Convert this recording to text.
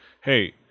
hey